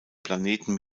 planeten